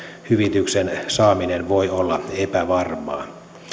hyvityksen saaminen voi olla epävarmaa